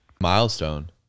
Milestone